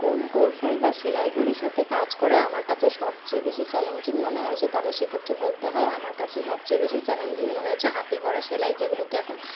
কোন কৌশল বা সেলাইগুলির সাথে কাজ করা আমার কাছে সবচেয়ে বেশি চালেঞ্জিং মনে হয়েছে তাহলে সেক্ষেত্রে বলতে হয় আমার কাছে সবচেয়ে বেশি চালেঞ্জিং মনে হয়েছে হাতে করা সেলাই যেগুলোকে এখন